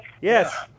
Yes